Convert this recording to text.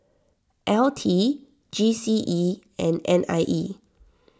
L T G C E and N I E